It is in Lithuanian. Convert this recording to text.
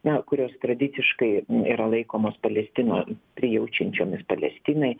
na kurios tradiciškai yra laikomos palestina prijaučiančiomis palestinai